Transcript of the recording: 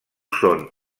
són